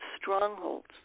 strongholds